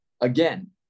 again